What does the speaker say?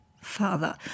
father